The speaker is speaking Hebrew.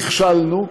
נכשלנו,